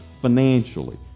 financially